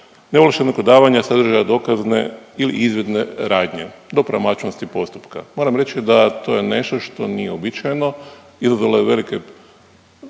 neovlaštenog odavanja sadržaja dokazne ili izvidne radnje do pravomoćnosti postupka. Moram reći da to je nešto što nije uobičajeno, izazvalo je velike,